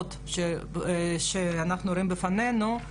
התקנות שאנחנו רואים בפנינו,